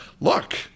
look